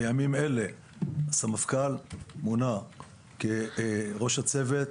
בימים אלה סמפכ"ל מונה כראש הצוות,